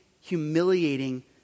humiliating